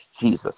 Jesus